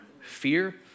fear